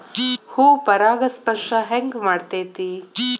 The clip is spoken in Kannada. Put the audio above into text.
ಹೂ ಪರಾಗಸ್ಪರ್ಶ ಹೆಂಗ್ ಮಾಡ್ತೆತಿ?